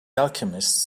alchemists